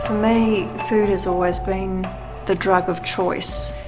for me food has always been the drug of choice.